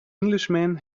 englishman